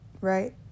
right